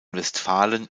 westfalen